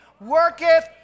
worketh